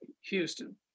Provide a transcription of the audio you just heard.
Houston